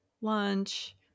lunch